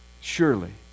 Surely